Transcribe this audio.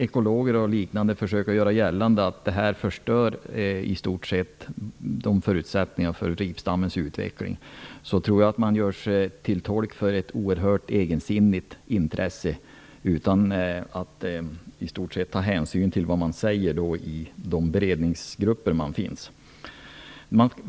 Ekologer och andra som försöker göra gällande att det här i stort sett förstör förutsättningarna för ripstammens utveckling tror jag gör sig till tolk för ett oerhört egensinnigt intresse utan att i stort sett ta någon hänsyn till vad som sägs i de beredningsgrupper som finns.